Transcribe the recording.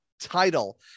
title